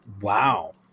Wow